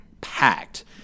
packed